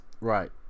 Right